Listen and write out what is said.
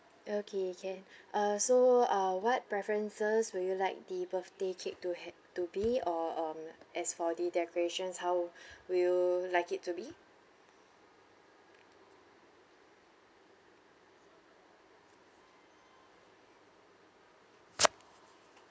okay can uh so uh what preferences will you like the birthday cake to have to be or um as for the decorations how will like it to be